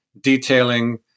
detailing